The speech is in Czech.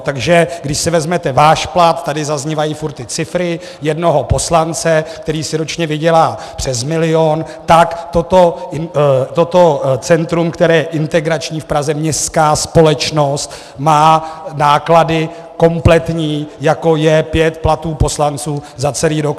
Takže když si vezmete váš plat, tady zaznívají furt ty cifry, jednoho poslance, který si ročně vydělá přes milion, tak toto centrum, které je integrační v Praze, městská společnost, má náklady kompletní, jako je pět platů poslanců za celý rok.